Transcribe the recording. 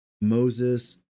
Moses